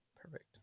perfect